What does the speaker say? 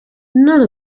none